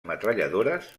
metralladores